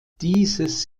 dieses